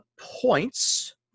points